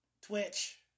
Twitch